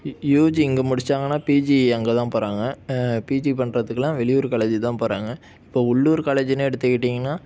UG இங்கே முடிச்சாங்கன்னா PG அங்கே தான் போகிறாங்க பிஜி பண்ணுறதுக்குலாம் வெளியூர் காலேஜ்ஜுக்கு தான் போகிறாங்க இப்போ உள்ளுர் காலேஜ்ஜுன்னு எடுத்துக்கிட்டிங்கன்னா